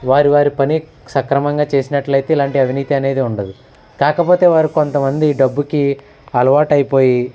వారి వారి పని సక్రమంగా చేసినట్లయితే ఇలాంటి అవినీతి అనేది ఉండదు కాకపోతే వారు కొంత మంది ఈ డబ్బుకి అలవాటు అయిపోయి